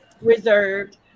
reserved